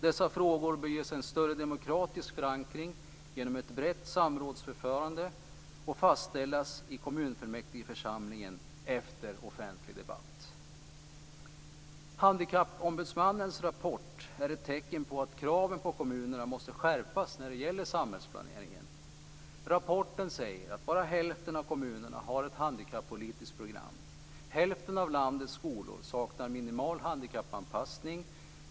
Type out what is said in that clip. Dessa frågor bör ges en större demokratisk förankring genom ett brett samrådsförfarande och fastställas i kommunfullmäktigeförsamlingen efter offentlig debatt. Handikappombudsmannens rapport är ett tecken på att kraven på kommunerna måste skärpas när det gäller samhällsplaneringen. Rapporten säger att bara hälften av kommunerna har ett handikappolitiskt program och att hälften av landets skolor saknar minimal handikappanpassning.